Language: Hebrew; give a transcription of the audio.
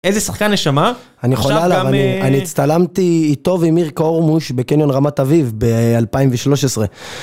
SPKR1 איזה שחקן יש שם, אה? SPKR2 אני חולה עליו, אני... אני הצטלמתי איתו ועם מירקה אורמוש בקניון רמת אביב, ב-2013.